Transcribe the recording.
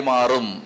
Marum